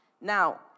Now